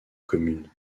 commune